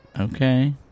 Okay